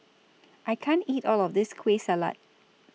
I can't eat All of This Kueh Salat